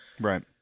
Right